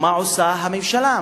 ומה עושה הממשלה,